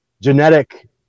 genetic